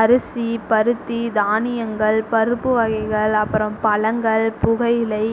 அரிசி பருத்தி தானியங்கள் பருப்பு வகைகள் அப்புறம் பழங்கள் புகையிலை